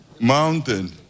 mountain